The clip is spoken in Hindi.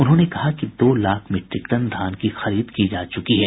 उन्होंने कहा कि दो लाख मीट्रिक टन धान की खरीद की जा चुकी है